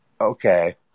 okay